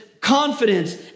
confidence